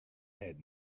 had